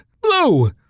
Blue